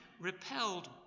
repelled